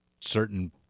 certain